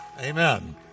Amen